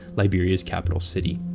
liberia's capital city.